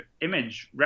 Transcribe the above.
image